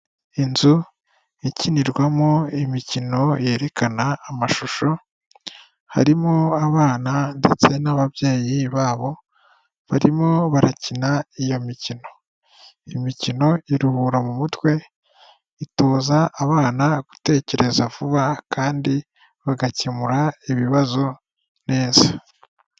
Inzu ikinirwamo imikino yerekana amashusho, harimo abana ndetse n'ababyeyi babo, barimo barakina iyo mikino, imikino iruhura mu mutwe, itoza abana gutekereza vuba, kandi bagakemura ibibazo neza.